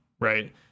right